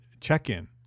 check-in